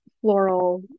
floral